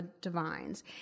Divines